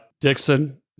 Dixon